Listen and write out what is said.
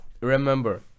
remember